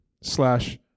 slash